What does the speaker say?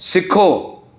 सिखो